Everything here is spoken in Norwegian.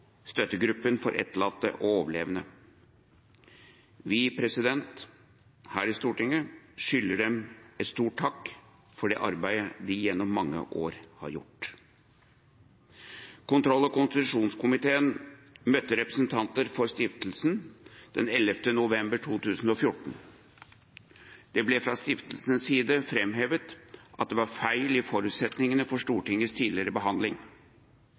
støttegruppen for etterlatte og overlevende. Vi her i Stortinget skylder dem en stor takk for det arbeidet de gjennom mange år har gjort. Kontroll- og konstitusjonskomiteen møtte representanter for stiftelsen den 11. november 2014. Det ble fra stiftelsens side framhevet at det var feil i forutsetningene for Stortingets tidligere behandling.